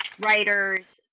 writers